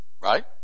right